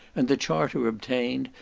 and the charter obtained,